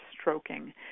stroking